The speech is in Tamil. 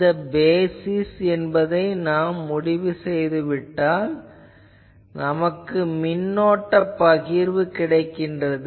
இந்த பேசிஸ் என்பதை முடிவு செய்துவிட்டால் நமக்கு மின்னோட்ட பகிர்வு கிடைக்கிறது